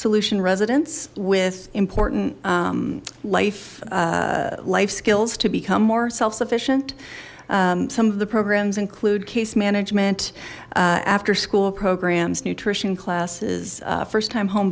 solution residents with important life life skills to become more self sufficient some of the programs include case management after school programs nutrition classes first time home